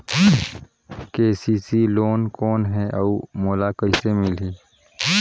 KCC loan कौन हे अउ मोला कइसे मिलही?